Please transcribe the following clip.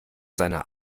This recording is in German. seiner